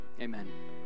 Amen